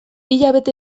hilabete